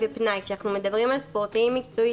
ועכשיו בעברית מה זה אומר?